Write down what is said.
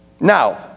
Now